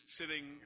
sitting